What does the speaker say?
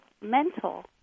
mental